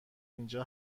اینجا